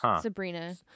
Sabrina